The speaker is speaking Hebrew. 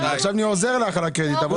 עכשיו אני עוזר לך על הקרדיט אבל --- די,